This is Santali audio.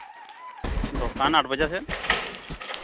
ᱫᱚᱠᱟᱱ ᱟᱴ ᱵᱟᱡᱮ ᱥᱮᱫ